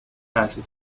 casey